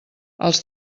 els